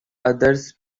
others